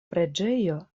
preĝejo